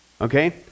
okay